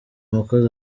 mukozi